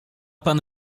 pan